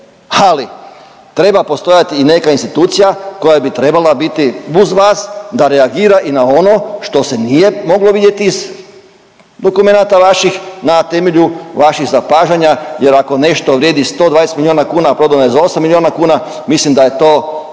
ali treba postojati i neka institucija koja bi trebala biti uz vas da reagira i na ono što se nije moglo vidjeti iz dokumenata vaših na temelju vaših zapažanja jer ako nešto vrijedi 120 miliona kuna, a prodano je za 8 miliona kuna mislim da je to